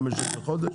25 שקל לחודש?